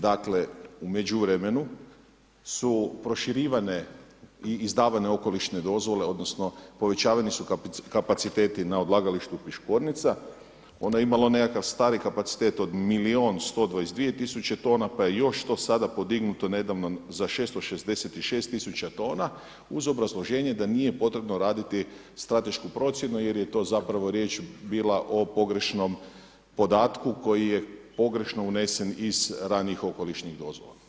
Dakle, u međuvremenu su proširivane i izdavane okolišne dozvole, odnosno povećavani su kapaciteti na odlagalištu Piškornica, ona je imala nekakav stari kapacitet od milijun 122000 tona pa je još to sada podignuto nedavno za 666000 tona uz obrazloženje da nije potrebno raditi stratešku procjenu jer je to zapravo riječ bila o pogrešnom podatku koji je pogrešno unesen iz ranijih okolišnih dozvola.